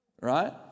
Right